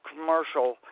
commercial